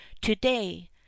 Today